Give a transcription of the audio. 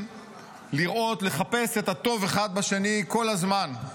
לראות ולחפש את הטוב אחד בשני כל הזמן.